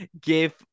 give